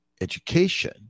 education